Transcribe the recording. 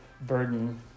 burden